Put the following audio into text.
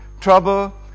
trouble